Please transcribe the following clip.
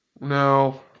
No